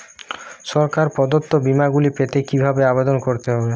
সরকার প্রদত্ত বিমা গুলি পেতে কিভাবে আবেদন করতে হবে?